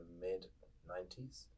mid-90s